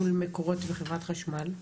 מול מקורות וחברת חשמל.